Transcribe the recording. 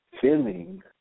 feeling